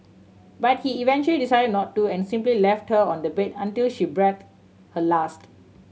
but he eventually decided not to and simply left her on the bed until she breathed her last